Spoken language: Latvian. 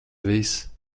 viss